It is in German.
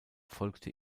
folgte